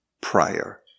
prior